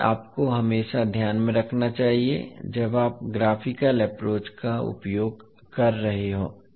यह आपको हमेशा ध्यान में रखना चाहिए जब आप ग्राफिकल एप्रोच का उपयोग कर रहे हों